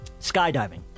Skydiving